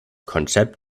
konzept